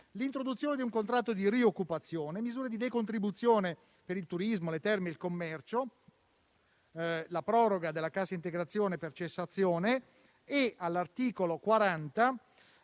l'introduzione di un contratto di rioccupazione; misure di decontribuzione per il turismo, le terme e il commercio; la proroga della cassa integrazione per cessazione e, all'articolo 40,